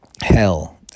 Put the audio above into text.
Hell